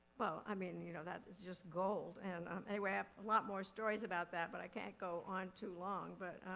well, i mean, you know, that's just gold and anyway i have a lot more stories about that, but i can't go on too long. but